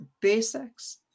basics